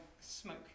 smoke